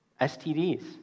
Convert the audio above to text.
STDs